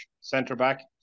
centre-back